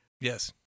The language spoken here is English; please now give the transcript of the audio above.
Yes